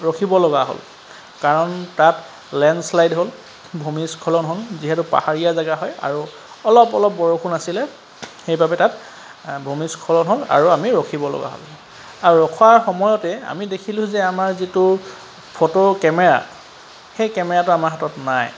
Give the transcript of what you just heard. ৰখিব লগা হ'ল কাৰণ তাত লেনশ্লাইড হ'ল ভূমিস্খলন হ'ল যিহেতু পাহাৰীয়া জেগা হয় আৰু অলপ অলপ বৰষুণ আছিলে সেইবাবে তাত ভূমিস্খলন হ'ল আৰু আমি ৰখিব লগা হ'ল আৰু ৰখাৰ সময়তে আমি দেখিলোঁ যে আমাৰ যিটো ফটো কেমেৰা সেই কেমেৰাটো আমাৰ হাতত নাই